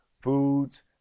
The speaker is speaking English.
foods